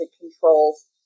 controls